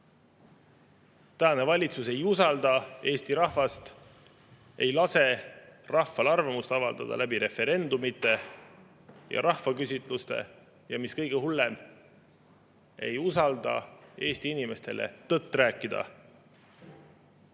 Tänane valitsus ei usalda Eesti rahvast, ei lase rahval arvamust avaldada referendumite ja rahvaküsitluste kaudu, ja mis kõige hullem, ei usalda Eesti inimestele tõtt rääkida.